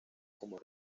como